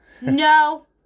No